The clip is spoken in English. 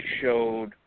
showed